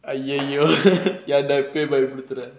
ai~ !aiyo! ஏண்டா இப்பவே பயமுறுத்துற:yaenndaa ippavae bayamuruthura